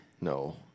No